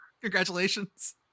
congratulations